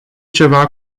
ceva